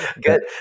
good